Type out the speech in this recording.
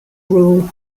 rule